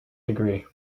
degree